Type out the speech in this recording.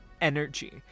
energy